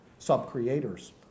sub-creators